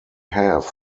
have